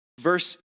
verse